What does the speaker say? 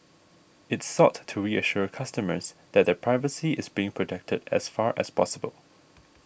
it sought to reassure customers that their privacy is being protected as far as possible